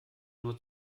nur